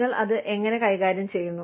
നിങ്ങൾ അത് എങ്ങനെ കൈകാര്യം ചെയ്യുന്നു